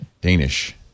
Danish